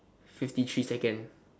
fifty three seconds